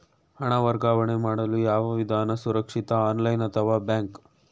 ಹಣ ವರ್ಗಾವಣೆ ಮಾಡಲು ಯಾವ ವಿಧಾನ ಸುರಕ್ಷಿತ ಆನ್ಲೈನ್ ಅಥವಾ ಬ್ಯಾಂಕ್?